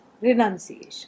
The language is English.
renunciation